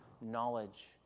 knowledge